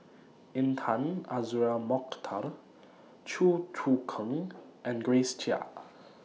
Intan Azura Mokhtar Chew Choo Keng and Grace Chia